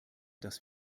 dass